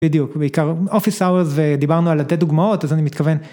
בדיוק, בעיקר office hours ודיברנו על לתת דוגמאות אז אני מתכוון.